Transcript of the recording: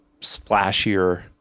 splashier